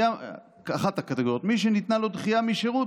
ואחת הקטגוריות: "מי שניתנה לו דחייה משירות